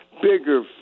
Bigger